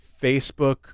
Facebook